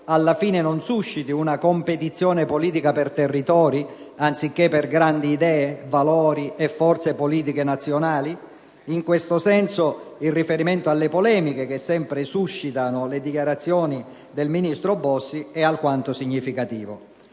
alla fine non susciti una competizione politica per territori, anziché per grandi idee, valori e forze politiche nazionali? In questo senso, il riferimento alle polemiche che sempre suscitano le dichiarazioni del ministro Bossi è alquanto significativo.